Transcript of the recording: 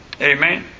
Amen